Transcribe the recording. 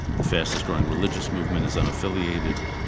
the fastest growing religious movement is unaffiliated.